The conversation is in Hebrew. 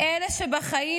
אלה שבחיים,